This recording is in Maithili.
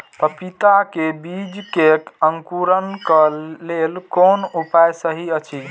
पपीता के बीज के अंकुरन क लेल कोन उपाय सहि अछि?